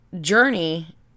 journey